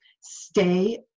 stay